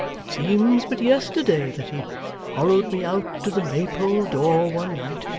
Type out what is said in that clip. it seems but yesterday that he followed me out to the maypole door one night,